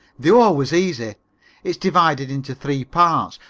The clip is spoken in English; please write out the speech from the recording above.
the oar was easy. it is divided into three parts,